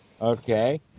Okay